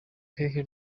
hehe